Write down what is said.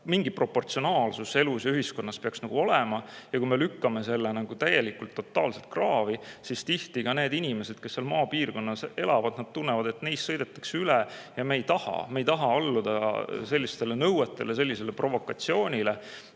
Mingi proportsionaalsus peaks elus ja ühiskonnas olema ja kui me lükkame selle täielikult, totaalset kraavi, siis tihti ka need inimesed, kes maapiirkonnas elavad, tunnevad, et neist sõidetakse üle ning nad ei taha alluda sellistele nõuetele, sellisele provokatsioonile.